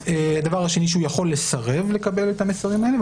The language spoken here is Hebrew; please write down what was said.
הדבר השני, שהוא יכול לסרב לקבל את המסרים האלה.